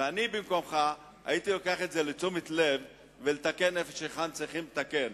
ואני במקומך הייתי לוקח את זה לתשומת הלב ומתקן היכן שצריכים לתקן.